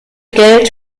geld